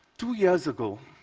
two years ago,